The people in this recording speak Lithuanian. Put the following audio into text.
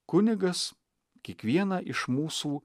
kunigas kiekvieną iš mūsų